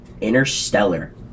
Interstellar